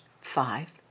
Five